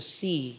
see